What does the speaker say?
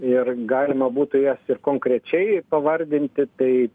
ir galima būtų jas ir konkrečiai pavardinti tai